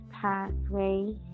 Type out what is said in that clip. pathway